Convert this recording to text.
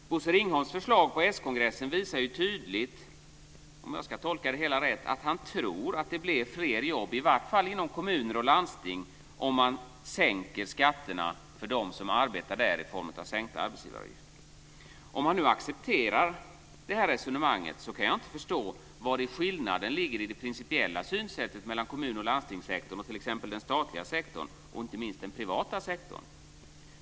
Bosse Ringholms förslag på s-kongressen visar tydligt, om jag tolkar det hela rätt, att han tror att det blir fler jobb, i varje fall inom kommuner och landsting, om man sänker skatterna för dem som arbetar där i form av sänkta arbetsgivaravgifter. Om han nu accepterar det resonemanget kan jag inte förstå vari den principiella skillnaden ligger mellan kommunoch landstingssektorn och t.ex. den statliga sektorn och inte minst den privata sektorn.